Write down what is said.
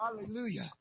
Hallelujah